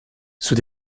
sous